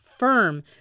Firm